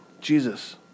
Jesus